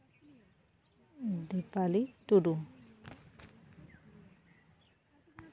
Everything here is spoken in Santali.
ᱫᱤᱯᱟᱞᱤ ᱴᱩᱰᱩ